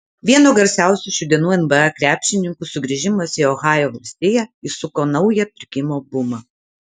vieno garsiausių šių dienų nba krepšininkų sugrįžimas į ohajo valstiją įsuko naują pirkimo bumą